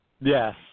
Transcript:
Yes